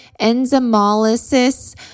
enzymolysis